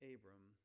Abram